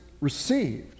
received